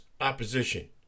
opposition